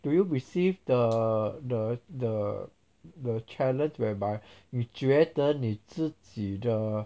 do you receive the the the the challenge whereby 你觉得你自己的